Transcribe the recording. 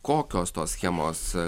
kokios tos schemos